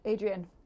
Adrian